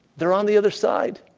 they're on the other side.